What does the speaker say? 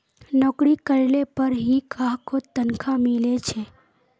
नोकरी करले पर ही काहको तनखा मिले छे